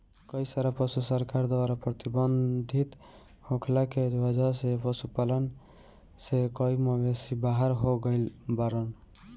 कई सारा पशु सरकार द्वारा प्रतिबंधित होखला के वजह से पशुपालन से कई मवेषी बाहर हो गइल बाड़न